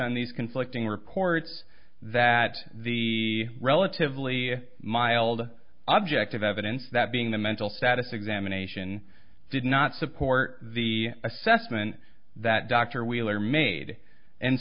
on these conflicting reports that the relatively mild object of evidence that being the mental status examination did not support the assessment that dr wheeler made and